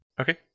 okay